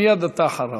מייד אתה אחריו.